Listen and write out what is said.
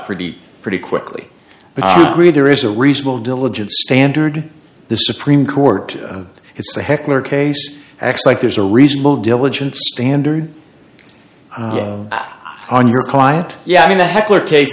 pretty pretty quickly but there is a reasonable diligence standard the supreme court has a heckler case acts like there's a reasonable diligence standard on your client yeah i mean the heckler cas